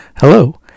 Hello